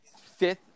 fifth